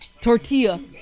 Tortilla